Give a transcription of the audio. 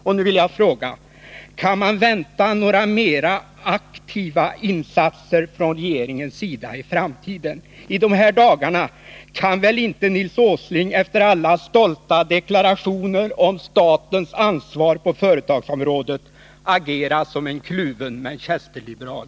Och jag vill nu fråga: Kan man i framtiden vänta mer aktiva insatser från regeringens sida? I dessa dagar, efter alla stolta deklarationer om statens ansvar på företagsområdet, kan väl inte Nils Åsling agera som en kluven Manchesterliberal.